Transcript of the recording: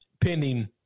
pending